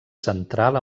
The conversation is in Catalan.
central